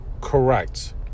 Correct